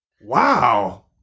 wow